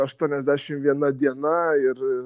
aštuoniasdešimt viena diena ir